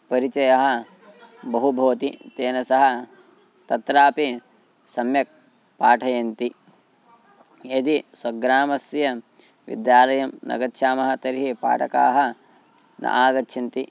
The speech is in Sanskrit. परिचयः बहु भवति तेन सह तत्रापि सम्यक् पाठयन्ति यदि स्वग्रामस्य विद्यालयं न गच्छामः तर्हि पाठकाः न आगच्छन्ति